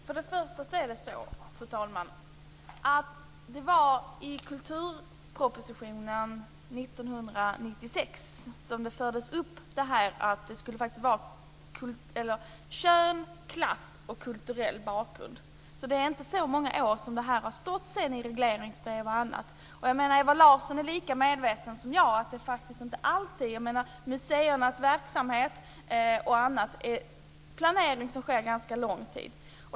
Fru talman! Det var i kulturpropositionen 1996 som detta med kön, klass och kulturell bakgrund fördes upp. Det är alltså inte så många år som det här har stått i regleringsbrev och annat. Ewa Larsson är lika medveten som jag om att museernas verksamhet planeras under en ganska lång tid.